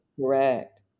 Correct